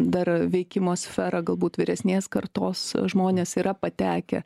dar veikimo sferą galbūt vyresnės kartos žmonės yra patekę